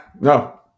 No